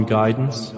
guidance؟